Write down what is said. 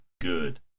good